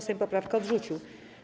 Sejm poprawkę odrzucił.